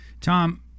Tom